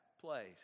place